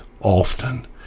often